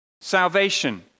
salvation